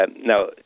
Now